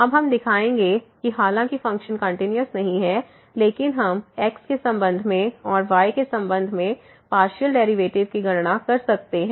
अब हम दिखाएंगे कि हालांकि फ़ंक्शन कंटिन्यूस नहीं है लेकिन हम x के संबंध में और y के संबंध में पार्शियल डेरिवेटिव की गणना कर सकते हैं